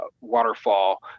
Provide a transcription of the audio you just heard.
waterfall